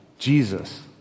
Jesus